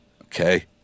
Okay